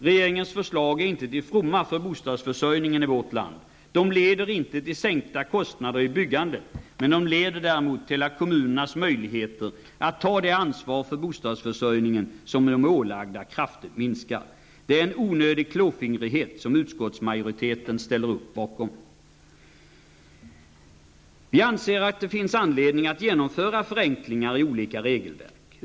Regeringens förslag är inte till fromma för bostadsförsörjningen i vårt land. De leder inte till sänkta kostnader i byggandet, men de leder däremot till att kommunernas möjligheter att ta det ansvar för bostadsförsörjningen som de är ålagda kraftigt minskar. Det är en onödig klåfingrighet som utskottsmajoriteten ställer sig bakom. Vi anser att det finns anledning att genomföra förenklingar i olika regelverk.